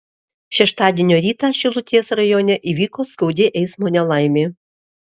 šeštadienio rytą šilutės rajone įvyko skaudi eismo nelaimė